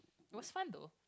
it was fun though